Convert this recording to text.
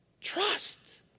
Trust